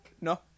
no